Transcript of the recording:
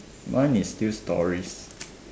mine is still stories